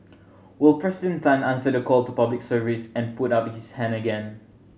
will President Tan answer the call to Public Service and put up his hand again